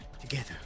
together